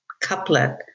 couplet